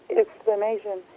explanation